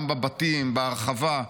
גם בבתים בהרחבה.